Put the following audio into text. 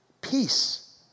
Peace